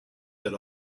that